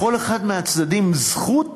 לכל אחד מהצדדים זכות